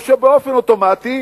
או שבאופן אוטומטי